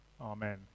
amen